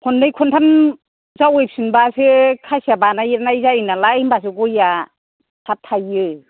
खननै खन्थाम जावयैफिनब्लासो खासिया बानायदेरनाय जायोनालाय होमब्लासो गयआ थाब थाययो